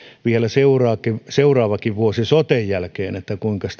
vielä seuraavakin seuraavakin vuosi soten jälkeen sitä kuinkas